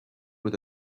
with